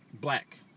Black